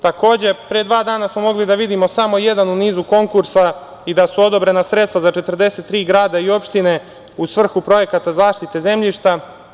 Pre dva dana smo mogli da vidimo samo jedan u nizu konkursa i da su odobrena sredstva za 43 grada i opštine u svrhu projekata zaštite zemljišta.